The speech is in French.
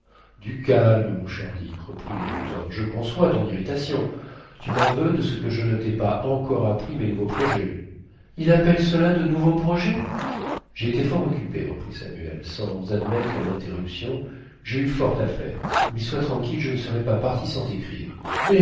du calme mon cher dick reprit le docteur je conçois ton irritation tu m'en veux de ce que je ne t'ai pas encore appris mes nouveaux projets il appelle cela de nouveaux projets j'ai été fort occupé reprit samuel sans admettre l'interruption j'ai eu fort à faire mais sois tranquille je ne serais pas parti sans t'écrire